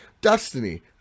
Destiny